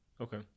Okay